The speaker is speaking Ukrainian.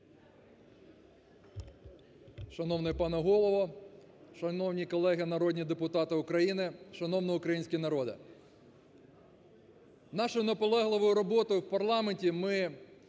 Шановний пане Голово! Шановні колеги народні депутати України! Шановний український народе! Нашою наполегливою роботою в парламенті ми